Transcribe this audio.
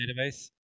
database